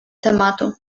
tematu